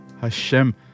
Hashem